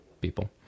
people